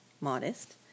modest